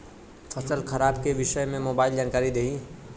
फसल खराब के विषय में मोबाइल जानकारी देही